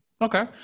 Okay